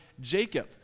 Jacob